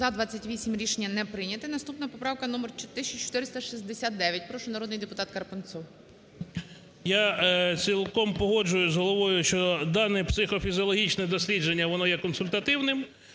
За-28 Рішення не прийняте. Наступна поправка – номер 1469. Прошу, народний депутат Карпунцов. 16:07:45 КАРПУНЦОВ В.В. Я цілком погоджуюсь з головою, що дане психофізіологічне дослідження воно є консультативним,